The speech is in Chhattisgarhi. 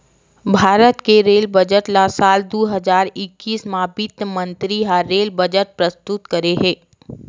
भारत के रेल बजट ल साल दू हजार एक्कीस म बित्त मंतरी ह रेल बजट प्रस्तुत करे हे